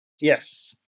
yes